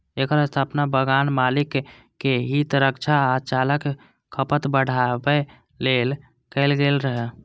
एकर स्थापना बगान मालिक के हित रक्षा आ चायक खपत बढ़ाबै लेल कैल गेल रहै